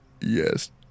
yes